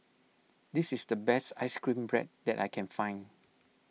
this is the best Ice Cream Bread that I can find